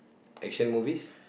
action movies